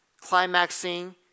climaxing